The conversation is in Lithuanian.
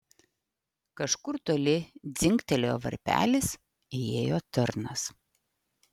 kažkur toli dzingtelėjo varpelis įėjo tarnas